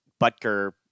Butker